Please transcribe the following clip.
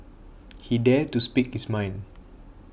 he dared to speak his mind